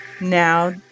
now